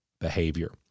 behavior